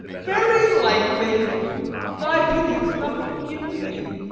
very likely thy pity is nothing of kin to thee,